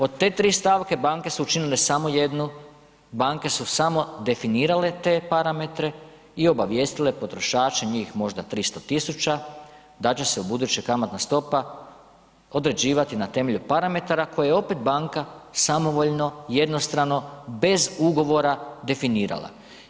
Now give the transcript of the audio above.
Od te tri stavke banke su učinile samo jednu, banke su samo definirale te parametre i obavijestile potrošače njih možda 300.000 da će se ubuduće kamatne stopa određivati na temelju parametara koje opet banka samovoljno, jednostrano bez ugovora definirala.